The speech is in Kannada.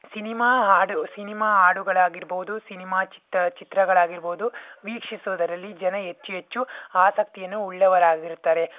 ಸಿನಿಮಾ ಹಾಡು ಸಿನಿಮಾ ಹಾಡುಗಳಾಗಿರಬಹುದು ಸಿನಿಮಾ ಚಿತ್ರ ಚಿತ್ರಗಳಾಗಿರಬಹುದು ವೀಕ್ಷಿಸೋದರಲ್ಲಿ ಜನ ಹೆಚ್ಚು ಹೆಚ್ಚು ಆಸಕ್ತಿಯನ್ನು ಉಳ್ಳವರಾಗಿರುತ್ತಾರೆ